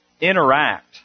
interact